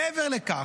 מעבר לכך,